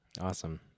awesome